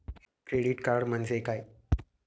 Credit card म्हणजे काय?